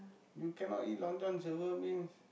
you cannot eat Long-John-Silvers meh